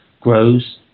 grows